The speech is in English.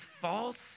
false